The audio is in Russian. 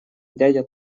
дядя